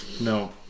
no